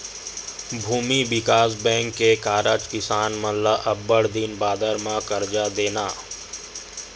भूमि बिकास बेंक के कारज किसान मन ल अब्बड़ दिन बादर म करजा देना